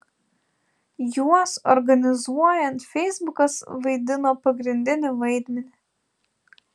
juos organizuojant feisbukas vaidino pagrindinį vaidmenį